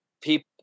people